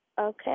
Okay